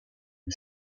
the